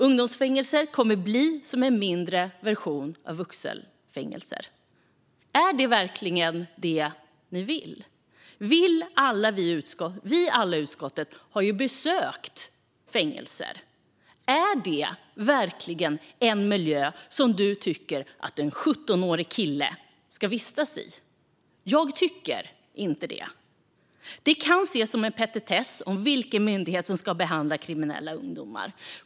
Ungdomsfängelser kommer att bli som en mindre version av vuxenfängelser. Är det verkligen det ni vill? Vi alla i utskottet har ju besökt fängelser. Är det verkligen en miljö som du tycker att en 17-årig kille ska vistas i? Jag tycker inte det. Det kan ses som en petitess, vilken myndighet som ska behandla kriminella ungdomar.